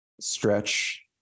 stretch